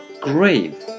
grave